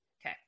Okay